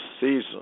season